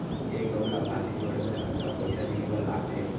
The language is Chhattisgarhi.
एक अऊ लाभार्थी जोड़े बर कतका पइसा देहे बर लागथे?